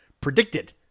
predicted